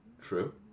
True